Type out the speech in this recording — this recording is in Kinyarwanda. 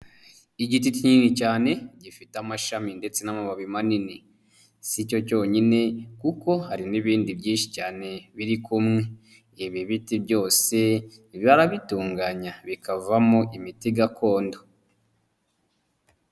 Igiti kinini cyane gifite amashami ndetse n'amababi manini. Si cyo cyonyine kuko hari n'ibindi byinshi cyane biri kumwe. Ibi biti byose barabitunganya bikavamo imiti gakondo.